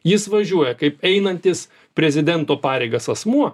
jis važiuoja kaip einantis prezidento pareigas asmuo